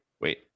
wait